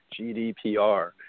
GDPR